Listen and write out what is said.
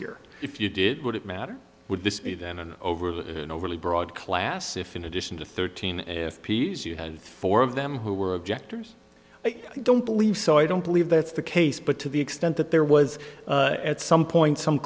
here if you did would it matter would this be then and over overly broad class if in addition to thirteen if you had four of them who were objectors i don't believe so i don't believe that's the case but to the extent that there was at some point some